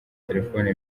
telefoni